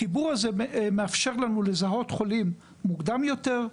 החיבור הזה מאפשר לנו לזהות חולים מוקדם יותר,